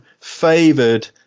favored